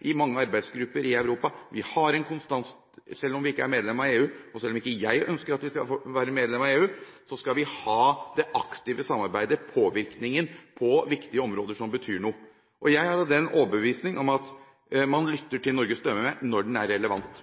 i mange arbeidsgrupper i Europa – konstant – selv om vi ikke er medlem av EU. Og selv om jeg ikke ønsker at vi skal være medlem av EU, skal vi ha det aktive samarbeidet – påvirkningen – på viktige områder som betyr noe. Jeg er overbevist om at man lytter til Norges stemme når den er relevant,